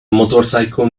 motorcycle